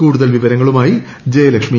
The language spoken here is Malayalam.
കൂടുതൽ വിവരങ്ങളുമായി ജയലക്ഷ്മി